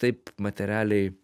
taip materialiai